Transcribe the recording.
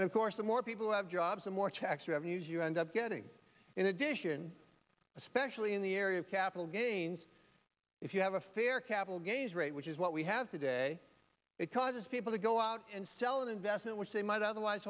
and of course the more people have jobs the more checks revenues you end up getting in addition especially in the area of capital gains if you have a fair capital gains rate which is what we have today it causes people to go out and sell an investment which they might otherwise